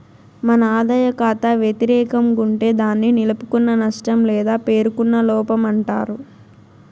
మన ఆదాయ కాతా వెతిరేకం గుంటే దాన్ని నిలుపుకున్న నష్టం లేదా పేరుకున్న లోపమంటారు